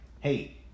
hey